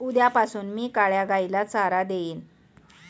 उद्यापासून मी काळ्या गाईला चारा देईन